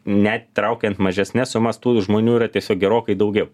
net traukiant mažesnes sumas tų žmonių yra tiesiog gerokai daugiau